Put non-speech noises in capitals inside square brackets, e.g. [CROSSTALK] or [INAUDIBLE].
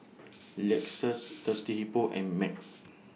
[NOISE] Lexus Thirsty Hippo and MAG